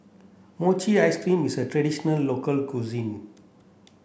Mochi ice cream is a traditional local cuisine